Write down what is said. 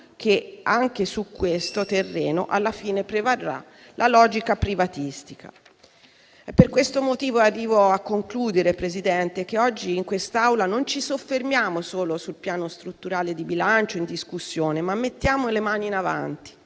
che, anche su questo terreno, alla fine prevarrà la logica privatistica. È per questo motivo - e mi accingo a concludere, Presidente - che oggi, in quest'Aula, non ci soffermiamo solo sul Piano strutturale di bilancio di medio termine in discussione, ma mettiamo le mani avanti,